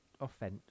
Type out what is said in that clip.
offense